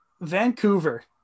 Vancouver